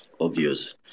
obvious